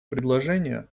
предложение